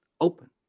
open